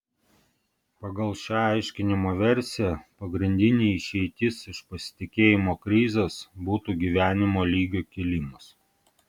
pagal šią aiškinimo versiją pagrindinė išeitis iš pasitikėjimo krizės būtų gyvenimo lygio kilimas